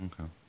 Okay